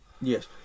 Yes